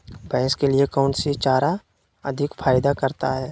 भैंस के लिए कौन सी चारा अधिक फायदा करता है?